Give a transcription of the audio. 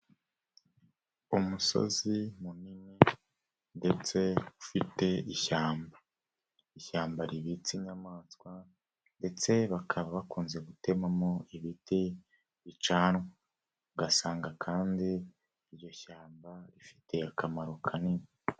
Umusozi munini ndetse ufite ishyamba. Ishyamba ribitse inyamaswa, ndetse bakaba bakunze gutemamo ibiti bicanwa. Ugasanga kandi iryo shyamba rifite akamaro kanini.